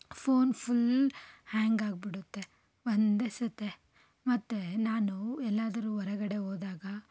phone full ಹ್ಯಾಂಗಾಗ್ಬಿಡುತ್ತೆ ಒಂದೇ ಸರ್ತೆ ಮತ್ತೆ ನಾನು ಎಲ್ಲಾದರು ಹೊರಗಡೆ ಹೋದಾಗ